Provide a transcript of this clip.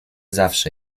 zawsze